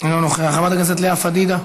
אינו נוכח, חברת הכנסת לאה פדידה,